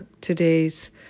today's